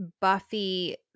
Buffy